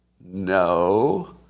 No